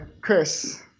Chris